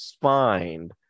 find